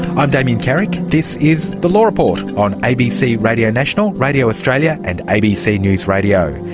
i'm damien carrick, this is the law report on abc radio national, radio australia and abc news radio.